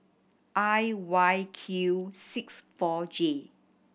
I Y Q six four J